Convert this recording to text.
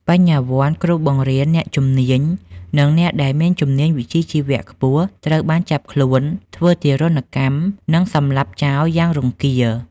បញ្ញវន្ត គ្រូបង្រៀន អ្នកជំនាញ និងអ្នកដែលមានជំនាញវិជ្ជាជីវៈខ្ពស់ត្រូវបានចាប់ខ្លួន ធ្វើទារុណកម្ម និងសម្លាប់ចោលយ៉ាងរង្គាល។